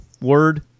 word